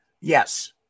Yes